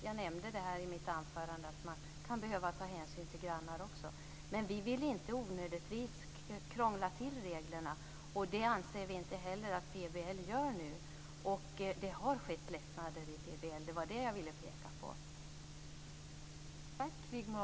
Jag nämnde i mitt anförande att man också kan behöva ta hänsyn till grannar. Vi vill inte onödigtvis krångla till reglerna, och det anser vi inte heller att PBL gör. Det har blivit lättnader i PBL. Det var det jag ville peka på.